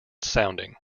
sounding